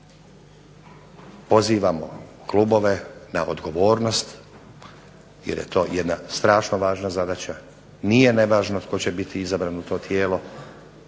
pozivamo klubove na odgovornost jer je to jedna strašno važna zadaća. Nije nevažno tko će biti izbran u to tijelo.